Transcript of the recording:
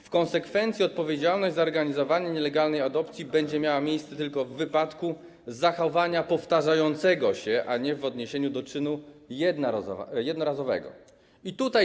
W konsekwencji odpowiedzialność za organizowanie nielegalnej adopcji będzie miała miejsce tylko w wypadku zachowania powtarzającego się, a nie w odniesieniu do jednorazowego czynu.